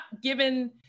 given